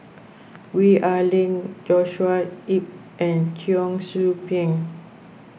Gwee Ah Leng Joshua Ip and Cheong Soo Pieng